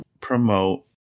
promote